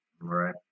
right